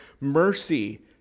mercy